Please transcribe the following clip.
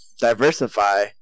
diversify